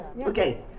Okay